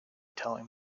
telling